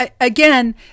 again